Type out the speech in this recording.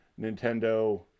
Nintendo